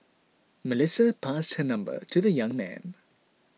Melissa passed her number to the young man